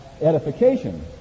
edification